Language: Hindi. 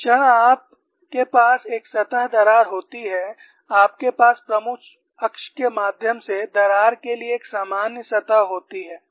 जिस क्षण आपके पास एक सतह दरार होती है आपके पास प्रमुख अक्ष के माध्यम से दरार के लिए एक सामान्य सतह होती है